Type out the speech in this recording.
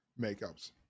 makeups